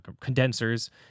condensers